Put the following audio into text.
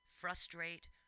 frustrate